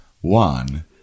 One